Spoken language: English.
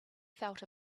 felt